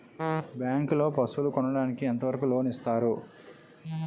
Bank లో పశువుల కొనడానికి ఎంత వరకు లోన్ లు ఇస్తారు?